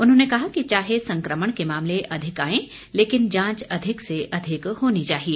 उन्होंने कहा कि चाहे संक्रमण के मामले अधिक आएं लेकिन जांच अधिक से अधिक होनी चाहिए